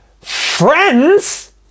friends